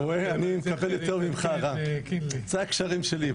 בין גיל 18 לגיל 25 אני הקדשתי ארבע שנים ללימוד תורה נטו,